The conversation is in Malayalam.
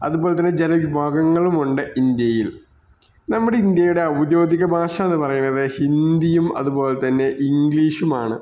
അതുപോലെ തന്നെ ജനവിഭാഗങ്ങളുമുണ്ട് ഇന്ത്യയിൽ നമ്മുടെ ഇന്ത്യയുടെ ഔദ്യോഗിക ഭാഷ എന്ന് പറയുന്നത് ഹിന്ദിയും അതുപോലെ തന്നെ ഇംഗ്ലീഷുമാണ്